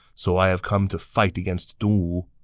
so i have come to fight against dongwu.